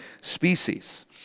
species